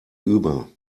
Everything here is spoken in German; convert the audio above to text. über